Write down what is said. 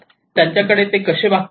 ते त्यांच्याकडे कसे वागतात